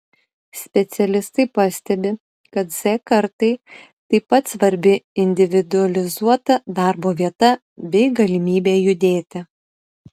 specialistai pastebi kad z kartai taip pat svarbi individualizuota darbo vieta bei galimybė judėti